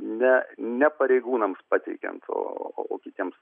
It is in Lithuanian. ne ne pareigūnams pateikiant o o kitiems